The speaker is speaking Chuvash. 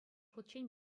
хутчен